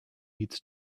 needs